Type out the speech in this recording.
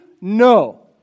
no